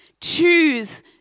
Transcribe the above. choose